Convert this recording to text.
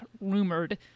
rumored